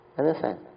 understand